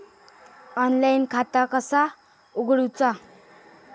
Online खाता कसा उगडूचा?